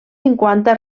cinquanta